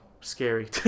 scary